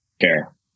care